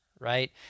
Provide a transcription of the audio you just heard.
right